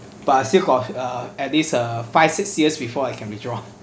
but I still got uh at least uh five six years before I can withdraw